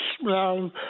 smell